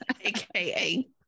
aka